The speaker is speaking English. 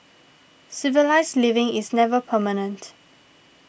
civilised living is never permanent